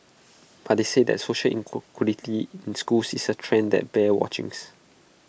but they said that social inequality in schools is A trend that bears watchings